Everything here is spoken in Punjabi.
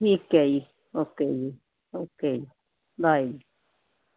ਠੀਕ ਹੈ ਜੀ ਓਕੇ ਜੀ ਓਕੇ ਜੀ ਬਾਏ ਜੀ